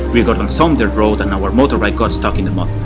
we got on some dirt road and our motorbike got stuck in the mud.